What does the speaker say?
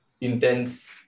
intense